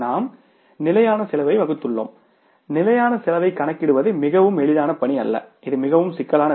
நாம் நிலையான செலவை வகுத்துள்ளோம் நிலையான செலவைக் கணக்கிடுவது மிகவும் எளிதான பணி அல்ல இது மிகவும் சிக்கலான வேலை